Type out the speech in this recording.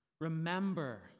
Remember